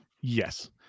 yes